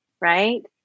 right